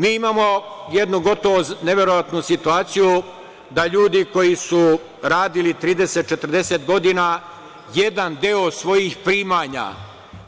Mi imamo jednu gotovo neverovatnu situaciju da ljudi koji su radili 30, 40 godina, jedan deo svojih primanja